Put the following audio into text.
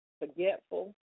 forgetful